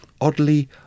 oddly